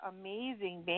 amazing